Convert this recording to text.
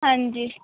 ਹਾਂਜੀ